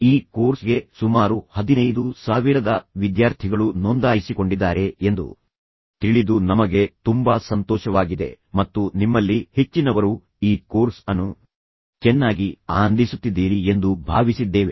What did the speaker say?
ಈ ಕೋರ್ಸ್ ಗೆ ಸುಮಾರು 15000 ವಿದ್ಯಾರ್ಥಿಗಳು ನೋಂದಾಯಿಸಿಕೊಂಡಿದ್ದಾರೆ ಎಂದು ತಿಳಿದು ನಮಗೆ ತುಂಬಾ ಸಂತೋಷವಾಗಿದೆ ಮತ್ತು ನಿಮ್ಮಲ್ಲಿ ಹೆಚ್ಚಿನವರು ಈ ಕೋರ್ಸ್ ಅನ್ನು ಚೆನ್ನಾಗಿ ಆನಂದಿಸುತ್ತಿದ್ದೀರಿ ಎಂದು ಭಾವಿಸಿದ್ದೇವೆ